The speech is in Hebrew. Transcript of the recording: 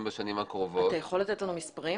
בשנים הקרובות -- אתה יכול לתת מספרים?